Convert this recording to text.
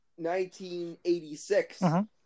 1986